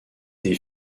des